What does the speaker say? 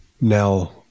Now